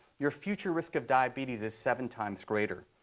your future risk of diabetes is seven times greater,